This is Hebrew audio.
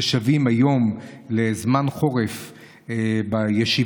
ששבים היום לזמן חורף בישיבות,